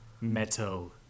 metal